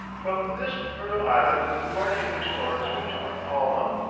from this fertile island the party of explorers went to palma,